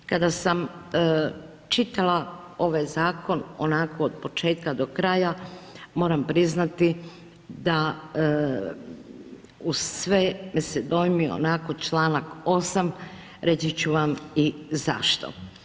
Kada sam čitala ovaj zakon onako od početka do kraja, moram priznati da uz sve me dojmio onako Članak 8., reći ću vam i zašto.